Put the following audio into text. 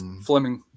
Fleming